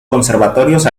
conservatorios